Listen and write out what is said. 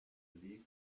believe